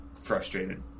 frustrated